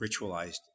ritualized